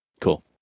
Cool